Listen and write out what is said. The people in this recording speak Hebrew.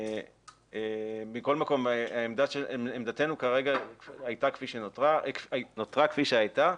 מכל מקום עמדתנו כרגע נותרה כפי שהייתה,